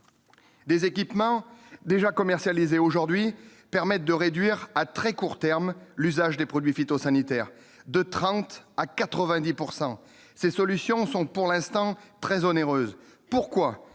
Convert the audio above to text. Des équipements déjà commercialisé aujourd'hui permettent de réduire à très court terme, l'usage des produits phytosanitaires de 30 à 90 pourcent ces solutions sont pour l'instant très onéreuse : pourquoi